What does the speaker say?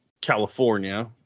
California